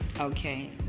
Okay